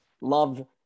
Love